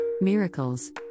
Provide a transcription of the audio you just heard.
miracles